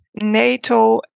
nato